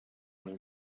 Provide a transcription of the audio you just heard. their